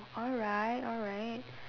alright alright